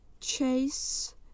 chase